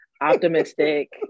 optimistic